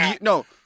No